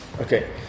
Okay